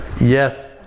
Yes